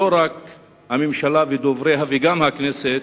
לא רק של הממשלה ודובריה, אלא גם של הכנסת,